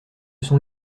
sont